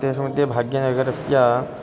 तेषु मध्ये भाग्यनगरस्य